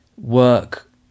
work